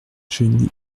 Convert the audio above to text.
genix